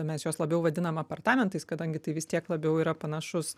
mes juos labiau vadinam apartamentais kadangi tai vis tiek labiau yra panašus